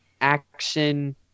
action